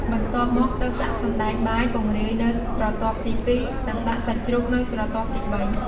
បន្ទាប់មកទើបដាក់សណ្ដែកបាយពង្រាយនៅស្រទាប់ទីពីរ និងដាក់សាច់ជ្រូកនៅស្រទាប់ទីបី។